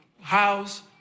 house